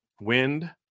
wind